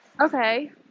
okay